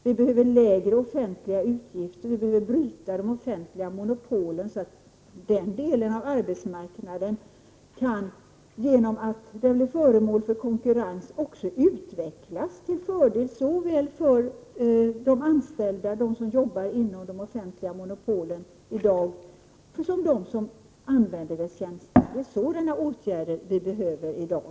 Vi behöver lägre offentliga utgifter. Vi behöver bryta de offentliga monopolen, så att den delen av arbetsmarknaden genom att den blir föremål för konkurrens också kan utvecklas till fördel såväl för de anställda, de som i dag jobbar inom de offentliga monopolen, som för dem som använder deras tjänster. Det är sådana åtgärder vi behöver i dag.